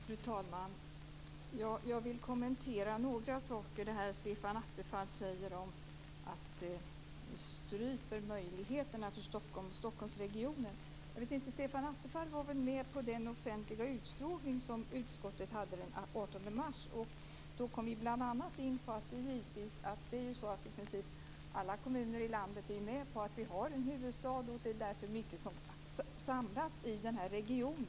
Fru talman! Jag vill kommentera några saker, bl.a. det Stefan Attefall säger om att vi stryper möjligheterna för Stockholm och Stockholmsregionen. Stefan Attefall var väl med på den offentliga utfrågning som utskottet hade den 18 mars. Det är ju så att i princip alla kommuner i landet är med på att vi har en huvudstad och att det därför är mycket som samlas i denna region.